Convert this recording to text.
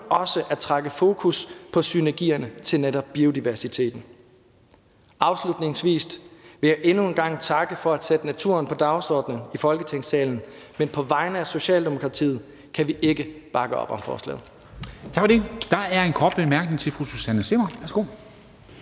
også at trække fokus på synergierne til netop biodiversiteten. Afslutningsvis vil jeg endnu en gang takke for at sætte naturen på dagsordenen i Folketingssalen, men på vegne af Socialdemokratiet skal jeg sige, at vi ikke kan bakke op om forslaget.